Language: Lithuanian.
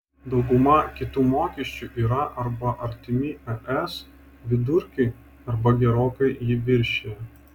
dauguma kitų mokesčių yra arba artimi es vidurkiui arba gerokai jį viršija